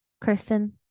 Kristen